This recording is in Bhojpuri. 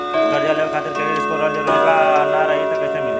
कर्जा लेवे खातिर क्रेडिट स्कोर रहल जरूरी बा अगर ना रही त कैसे मिली?